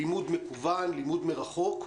לימוד מקוון, לימוד מרחוק,